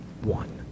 one